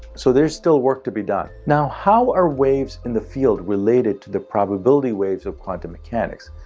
so, there's still work to be done. now, how are waves in the field related to the probability waves of quantum mechanics,